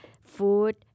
food